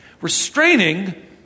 restraining